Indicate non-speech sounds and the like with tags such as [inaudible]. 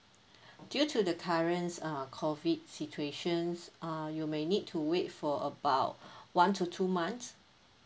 due to the current uh COVID situations uh you may need to wait for about [breath] one to two months